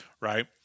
Right